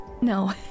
No